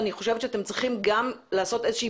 אני חושבת שאתם צריכים גם לעשות איזושהי